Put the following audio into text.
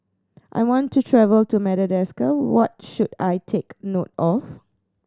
I want to travel to Madagascar what should I take note of